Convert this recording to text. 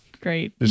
great